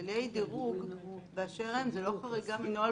הבדלי דירוג באשר הם זה לא חריגה מנוהל בנקאי תקין.